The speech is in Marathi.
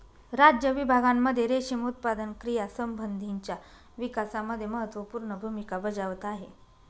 राज्य विभागांमध्ये रेशीम उत्पादन क्रियांसंबंधीच्या विकासामध्ये महत्त्वपूर्ण भूमिका बजावत आहे